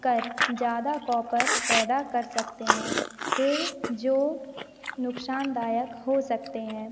कर ज़्यादा कॉपर पैदा कर सकते हैं फ़िर जो नुकसानदायक हो सकते हैं